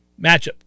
Matchup